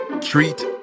Treat